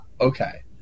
okay